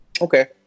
Okay